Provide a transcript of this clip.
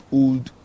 old